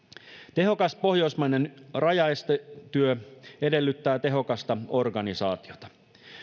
tehokas pohjoismainen rajaestetyö edellyttää tehokasta organisaatiota